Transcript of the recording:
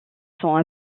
sont